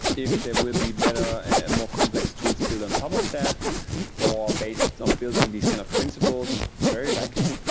if there will be better and more complex tools build on top of that or based on built on these kind of principles, very likely.